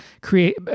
create